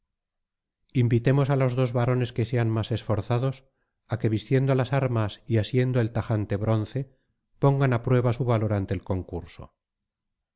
invitemos á los dos varones que sean más esforzados á que vistiendo las armas y asiendo el tajante bronce pongan á prueba su valor ante el concurso